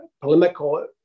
polemical